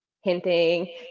hinting